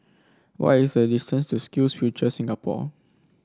what is the distance to SkillsFuture Singapore